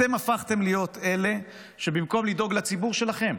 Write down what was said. אתם הפכתם להיות אלה שבמקום לדאוג לציבור שלכם,